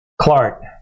Clark